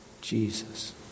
Jesus